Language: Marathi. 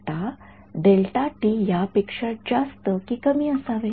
आता डेल्टा टी यापेक्षा जास्त कि कमी असावे